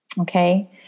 Okay